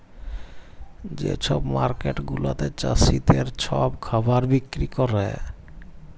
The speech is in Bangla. যে ছব মার্কেট গুলাতে চাষীদের ছব খাবার বিক্কিরি ক্যরে